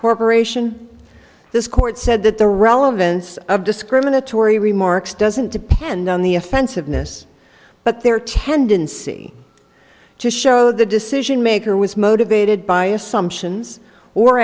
corporation this court said that the relevance of discriminatory remarks doesn't depend on the offensiveness but their tendency to show the decision maker was motivated by assumptions or